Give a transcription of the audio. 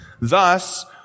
Thus